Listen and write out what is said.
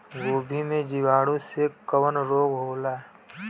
गोभी में जीवाणु से कवन रोग होला?